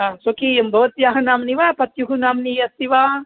अ स्वकीयं भवत्याः नाम्नि वा पत्युः नाम्नि अस्ति वा